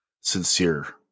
sincere